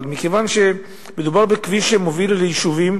אבל מכיוון שמדובר בכביש שמוביל ליישובים